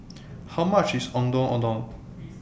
How much IS Ondeh Ondeh